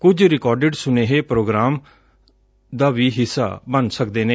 ਕੱਲ ਰਿਕਾਰਡਿਡ ਸੁਨੇਹੇ ਪ੍ਰੋਗਰਾਮ ਦਾ ਵੀ ਹਿੱਸਾ ਬਣ ਸਕਦੇ ਨੇ